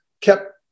kept